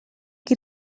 qui